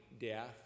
death